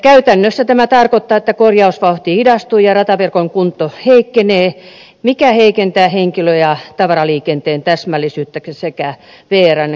käytännössä tämä tarkoittaa että korjausvauhti hidastuu ja rataverkon kunto heikkenee mikä heikentää henkilö ja tavaraliikenteen täsmällisyyttä sekä vrn kilpailukykyä